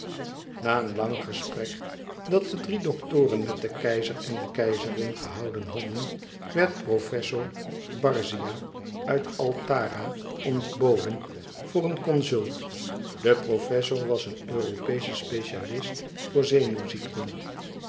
na een lang gesprek dat de drie doktoren met den keizer en de keizerin gehouden hadden werd professor barzia uit altara ontboden voor een consult de professor was een europeesche specialiteit voor